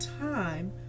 time